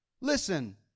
Listen